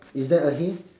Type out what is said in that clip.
is that a hay